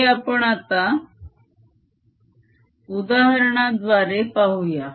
हे आपण आता उदाहरणाद्वारे पाहूया